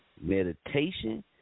Meditation